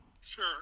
Sure